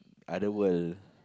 other world